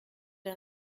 der